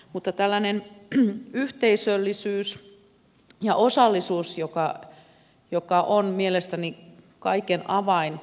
mutta tällainen yhteisöllisyys ja osallisuus on mielestäni kaiken avain